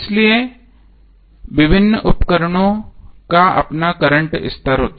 इसलिए विभिन्न उपकरणों का अपना करंट स्तर होगा